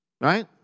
Right